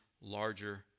larger